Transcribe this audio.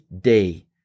day